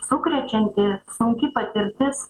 sukrečianti sunki patirtis